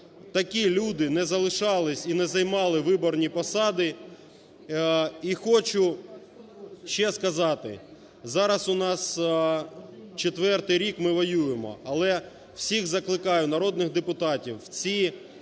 такі люди не залишались і не займали виборні посади. І хочу ще сказати. Зараз у нас четвертий рік ми воюємо. Але всіх закликаю народних депутатів: в ці